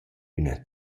üna